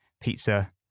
pizza